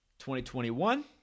2021